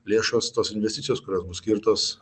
lėšos tos investicijos kurios bus skirtos